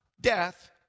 Death